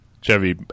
Chevy